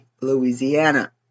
Louisiana